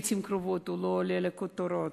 לכן,